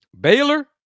Baylor